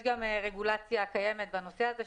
יש גם רגולציה קיימת בנושא הזה,